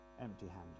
empty-handed